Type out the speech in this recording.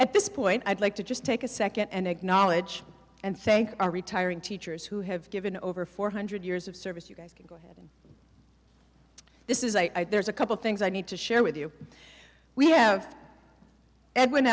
at this point i'd like to just take a second and acknowledge and thank our retiring teachers who have given over four hundred years of service you guys can go ahead this is i there's a couple things i need to share with you we have edwin